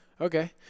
Okay